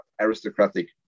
aristocratic